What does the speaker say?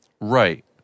Right